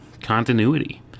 Continuity